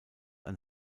ein